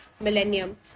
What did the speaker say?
millennium